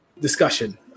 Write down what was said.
discussion